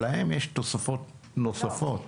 להם יש תוספות נוספות.